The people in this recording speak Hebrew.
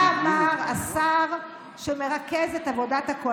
אני רוצה עכשיו להקריא לך מה אמר השר שמרכז את עבודת הקואליציה,